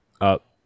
up